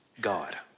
God